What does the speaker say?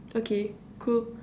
okay cool